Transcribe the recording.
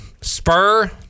Spur